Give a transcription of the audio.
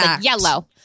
yellow